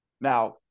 Now